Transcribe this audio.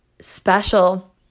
special